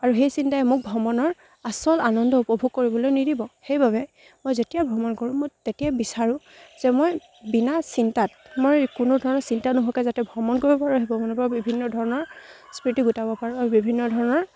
আৰু সেই চিন্তাই মোক ভ্ৰমণৰ আচল আনন্দ উপভোগ কৰিবলৈ নিদিব সেইবাবে মই যেতিয়া ভ্ৰমণ কৰোঁ মোৰ তেতিয়াই বিচাৰোঁ যে মই বিনা চিন্তাত মই কোনো ধৰণৰ চিন্তা নোহোৱাকৈ যাতে ভ্ৰমণ কৰিব পাৰোঁ সেই ভ্ৰমণৰ পৰা বিভিন্ন ধৰণৰ স্মৃতি গোটাব পাৰোঁ আৰু বিভিন্ন ধৰণৰ